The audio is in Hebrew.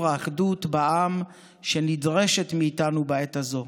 האחדות בעם שנדרשת מאיתנו בעת הזאת,